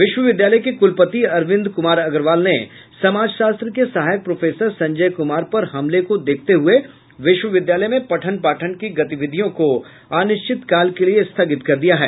विश्वविद्यालय के कुलपति अरविन्द कुमार अग्रवाल ने समाजशास्त्र के सहायक प्रोफेसर संजय कुमार पर हमले को देखते हुए विश्वविद्यालय में पठन पाठन की गतिविधियों को अनिश्चितकाल के लिए स्थगित कर दिया है